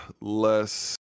less